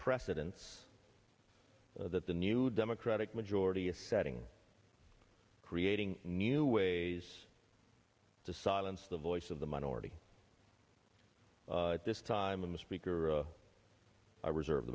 precedence that the new democratic majority is setting creating new ways to silence the voice of the minority this time when the speaker i reserve